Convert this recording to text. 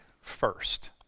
first